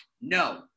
No